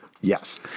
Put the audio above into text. Yes